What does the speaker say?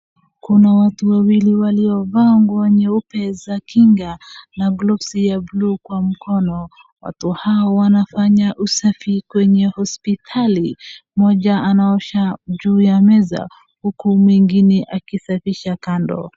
Kuna watu wawili waliovaa nguo nyeupe za kinga na gloves ya bluu kwa mkono. Watu hao wanafanya usafi kwenye hospitali. Mmoja anaosha juu ya meza huku mwingine akisafisha kando.